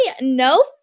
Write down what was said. no